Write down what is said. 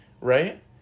right